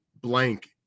blank